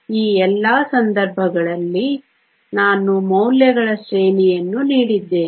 ಈ ಎಲ್ಲಾ ಸಂದರ್ಭಗಳಲ್ಲಿ ನಾನು ಮೌಲ್ಯಗಳ ಶ್ರೇಣಿಯನ್ನು ನೀಡಿದ್ದೇನೆ